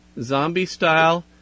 zombie-style